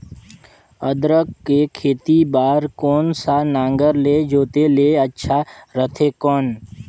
अदरक के खेती बार कोन सा नागर ले जोते ले अच्छा रथे कौन?